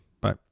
Bye